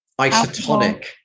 Isotonic